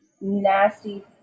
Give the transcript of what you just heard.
nasty